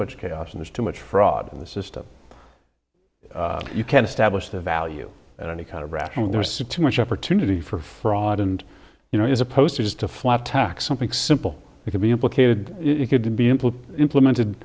much chaos and there's too much fraud in the system you can establish the value of any kind of rational there so to much opportunity for fraud and you know as opposed to just a flat tax something simple we could be implicated it could be implemented